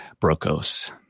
Brokos